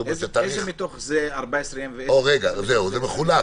איזה מתוך זה 14 ימים ואיזה --- רגע, זה מחולק.